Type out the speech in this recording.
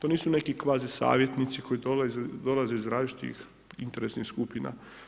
Oni su neki kvazi savjetnici koji dolaze iz različitih interesnih skupina.